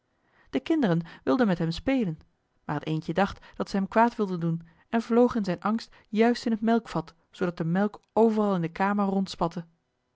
de kinderen wilden met hem spelen maar het eendje dacht dat zij hem kwaad wilden doen en vloog in zijn angst juist in het melkvat zoodat de melk overal in de kamer